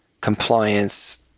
compliance